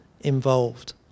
involved